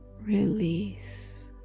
release